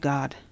God